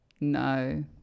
No